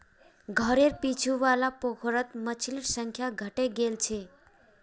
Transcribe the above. घरेर पीछू वाला पोखरत मछलिर संख्या घटे गेल छ